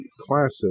classic